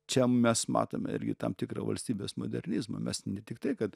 čia mes matome tam tikrą valstybės modernizmą mes ne tiktai kad